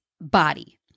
body